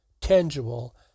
tangible